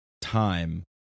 time